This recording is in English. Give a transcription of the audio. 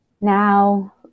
Now